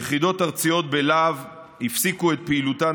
יחידות ארציות בלה"ב הפסיקו את פעילותן